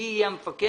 מי יהיה המפקח,